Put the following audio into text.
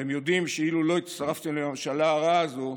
אתם יודעים שאילו לא הצטרפתם לממשלה הרעה הזאת,